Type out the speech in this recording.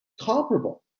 comparable